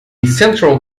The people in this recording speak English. central